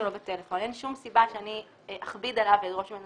אין שום סיבה שאני אכביד עליו ואדרוש ממנו